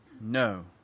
no